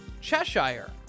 Cheshire